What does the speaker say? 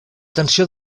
tensió